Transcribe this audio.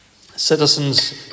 Citizens